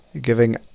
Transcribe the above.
giving